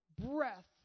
breath